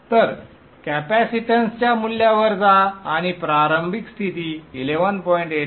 तर कॅपॅसिटन्सच्या मूल्यावर जा आणि प्रारंभिक स्थिती 11